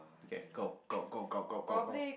okay go go go go go go